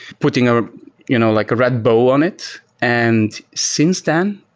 putting a you know like red bow on it, and since then,